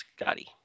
scotty